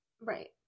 Right